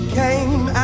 came